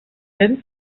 fent